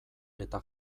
eta